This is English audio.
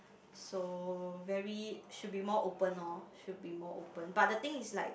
so very should be more open oh should be more open but the thing is like